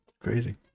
crazy